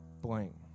blank